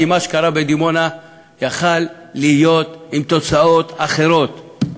כי מה שקרה בדימונה היה יכול להיות עם תוצאות אחרות.